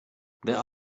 there